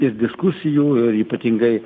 ir diskusijų ir ypatingai